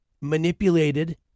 manipulated